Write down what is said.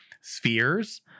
spheres